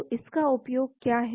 तो इसका क्या उपयोग है